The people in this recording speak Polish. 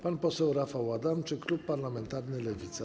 Pan poseł Rafał Adamczyk, klub parlamentarny Lewica.